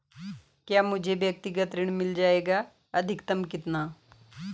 क्या मुझे व्यक्तिगत ऋण मिल जायेगा अधिकतम कितना?